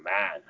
man